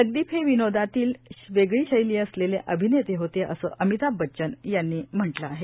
जगदीप हे विनोदाती वेगळी शैली असलेले अभिनेते होते असं अमिताभ बच्चन यांनी म्हटलं आहे